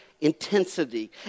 intensity